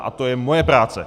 A to je moje práce.